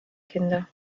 kinder